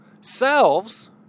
selves